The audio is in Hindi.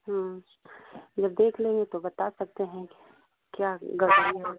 जब देख लेंगे तो बता सकते है क्या गड़बड़ी है